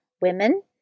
women